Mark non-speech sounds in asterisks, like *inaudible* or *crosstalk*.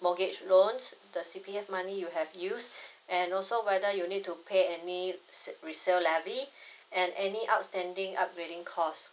mortgage loans the C_P_F money you have used and also whether you need to pay any sale resale levy *breath* and any outstanding upgrading costs